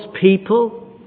people